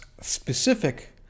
specific